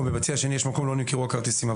וביציע השני יש מקום כי לא נמכרו הכרטיסים,